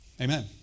Amen